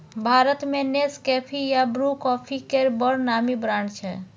भारत मे नेसकेफी आ Bru coffee केर बड़ नामी ब्रांड छै